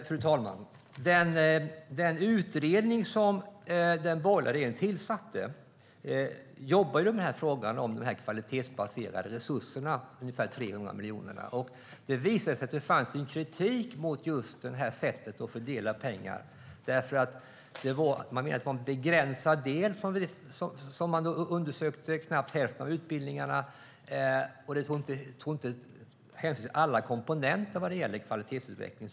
Fru talman! Den utredning som den borgerliga regeringen tillsatte jobbar med frågan om de 300 miljonerna för kvalitetsbaserade resurser. Det visade sig att det fanns kritik mot just det sättet att fördela pengar. Det var en begränsad del som undersöktes, knappt hälften av utbildningarna, och inte alla komponenter vad gäller kvalitetsutveckling.